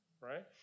right